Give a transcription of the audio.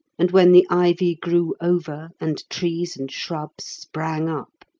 and when the ivy grew over and trees and shrubs sprang up,